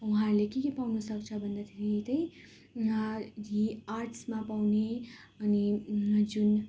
उहाँहरूले के के पाउनुसक्छ भन्दाखेरि चाहिँ आर्ट्समा पाउने अनि जुन